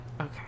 okay